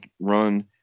run